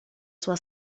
sua